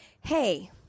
hey